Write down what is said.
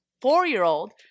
four-year-old